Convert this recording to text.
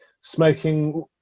smoking